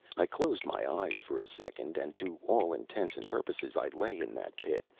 i closed my eyes for a second, and to all intents and purposes i lay in that pit.